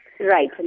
Right